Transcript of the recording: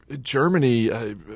Germany